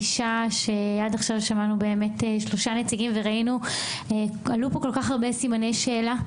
עד עכשיו שמענו 3 נציגים ועלו פה כל כך הרבה סימני שאלה,